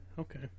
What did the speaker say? Okay